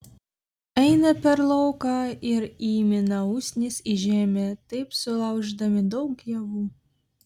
eina per lauką ir įmina usnis į žemę taip sulaužydami daug javų